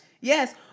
Yes